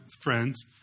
friends